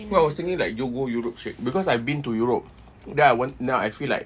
no I was thinking like you go europe straight because I've been to europe then I want now I feel like